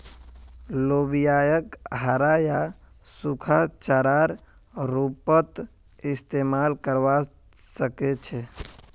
लोबियाक हरा या सूखा चारार रूपत इस्तमाल करवा सके छे